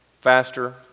faster